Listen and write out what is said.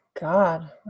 god